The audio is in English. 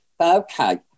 Okay